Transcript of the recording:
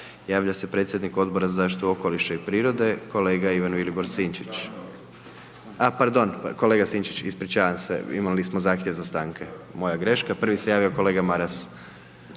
Javlja se predsjednik Odbora za zaštitu okoliša i prirode, kolega Ivan Vilibor Sinčić. A, pardon, kolega Sinčić ispričavam se, imali smo zahtjev za stanke. Moja greška, prvi se javio kolega Maras.